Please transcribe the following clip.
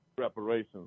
Reparations